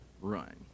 run